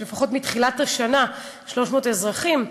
לפחות מתחילת השנה יש 300 אזרחים.